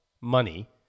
money